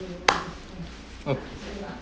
oh